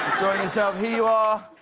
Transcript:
yourself. here you are.